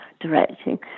directing